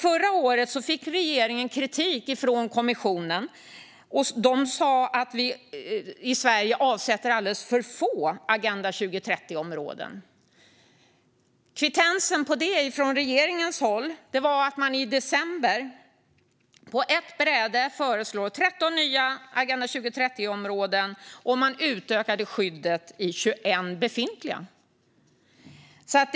Förra året fick regeringen kritik från kommissionen som sa att vi i Sverige avsätter alldeles för få Agenda 2030-områden. Kvittensen på det från regeringens håll var att man i december på ett bräde föreslog 13 nya Agenda 2030-områden och utökade skyddet i 21 befintliga områden.